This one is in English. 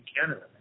Canada